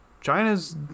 china's